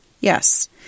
Yes